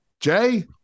Jay